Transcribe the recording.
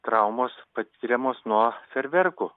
traumos patiriamos nuo fejerverkų